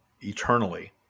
eternally